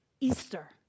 Easter